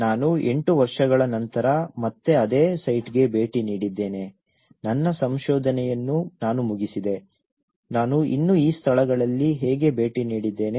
ನಾನು ಎಂಟು ವರ್ಷಗಳ ನಂತರ ಮತ್ತೆ ಅದೇ ಸೈಟ್ಗೆ ಭೇಟಿ ನೀಡಿದ್ದೇನೆ ನನ್ನ ಸಂಶೋಧನೆಯನ್ನು ನಾನು ಮುಗಿಸಿದೆ ನಾನು ಇನ್ನೂ ಈ ಸ್ಥಳಗಳಿಗೆ ಹೇಗೆ ಭೇಟಿ ನೀಡಿದ್ದೇನೆ